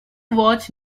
watch